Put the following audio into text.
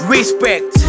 Respect